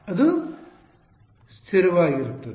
ವಿದ್ಯಾರ್ಥಿ ಇದು ಸ್ಥಿರವಾಗಿರುತ್ತದೆ